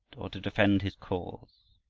or to defend his cause.